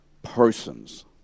Persons